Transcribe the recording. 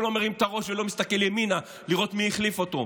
שלא מרים את הראש ולא מסתכל ימינה לראות מי החליף אותו,